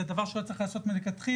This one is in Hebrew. זה דבר שלא צריך לעשות מלכתחילה,